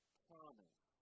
promise